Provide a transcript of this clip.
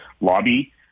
lobby